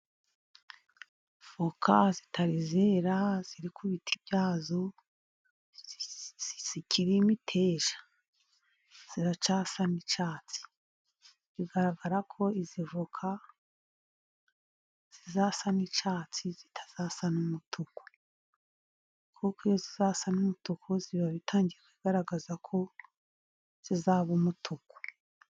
Avoka zitari zera ziri ku biti byazo sikiri imiteja, ziracyasa n'icyatsi. Bigaragara ko izi voka zizasa n'icyatsi zitazasa n' umutuku, kuko iyo zizasa n'umutuku ziba zitangiye kugaragaza ko zizaba umutuku.